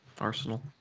Arsenal